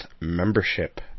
membership